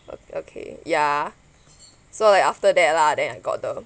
oh okay ya so like after that lah then I got the